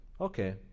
Okay